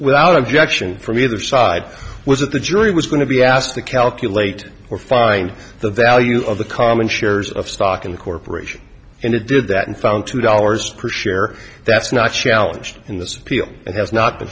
without objection from the other side was that the jury was going to be asked to calculate or find the value of the common shares of stock in the corporation and it did that and found two dollars per share that's not challenged in this appeal